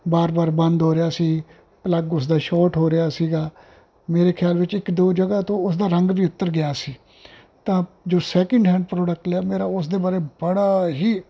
ਬਾਰ ਬਾਰ ਬੰਦ ਹੋ ਰਿਹਾ ਸੀ ਪਲੱਗ ਉਸਦਾ ਸ਼ੋਟ ਹੋ ਰਿਹਾ ਸੀਗਾ ਮੇਰੇ ਖਿਆਲ ਵਿੱਚ ਇੱਕ ਦੋ ਜਗ੍ਹਾ ਤੋਂ ਉਸਦਾ ਰੰਗ ਵੀ ਉਤਰ ਗਿਆ ਸੀ ਤਾਂ ਜੋ ਸੈਕਿੰਡ ਹੈਡ ਪ੍ਰੋਡਕਟ ਆ ਮੇਰਾ ਉਸ ਦੇ ਬਾਰੇ ਬੜਾ ਹੀ